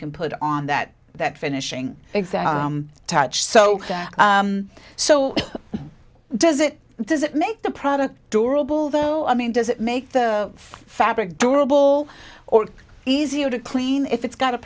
can put on that that finishing exam touch so so does it does it make the product durable though i mean does it make the fabric durable or easier to clean if it's got a